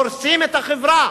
הורסים את החברה,